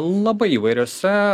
labai įvairiose